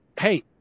Hey